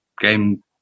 game